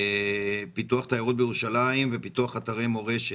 פיתוח תיירות בירושלים ופיתוח אתרי מורשת.